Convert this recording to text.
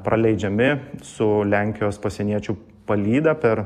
praleidžiami su lenkijos pasieniečių palyda per